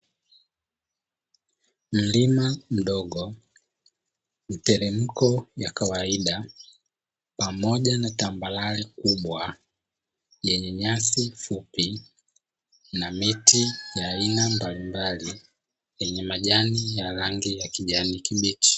Mlima mdogo, mteremko wa kawaida pamoja na tambarare kubwa yenye nyasi fupi na miti ya aina mbalimbali yenye majani ya rangi ya kijani kibichi.